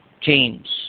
James